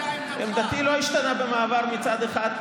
אל תעשו מלחמה עם העליונים,